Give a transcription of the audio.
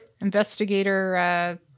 investigator